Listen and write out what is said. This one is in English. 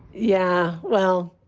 yeah, well,